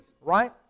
right